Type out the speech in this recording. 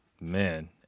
Man